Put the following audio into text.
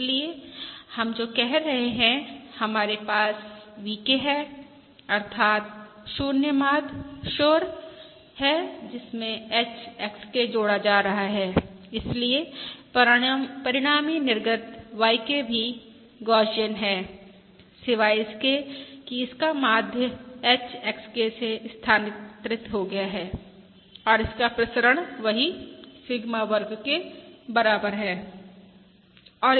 इसलिए हम जो कह रहे हैं हमारे पास VK है अर्थात् 0 माध्य शोर है जिसमें H XK जोड़ा जा रहा है इसलिए परिणामी निर्गत YK भी गौसियन है सिवाय इसके कि इसका माध्य H XK से स्थानांतरित हो गया है और इसका प्रसरण वही सिग्मा वर्ग के बराबर है